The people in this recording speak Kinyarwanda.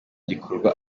gikorwa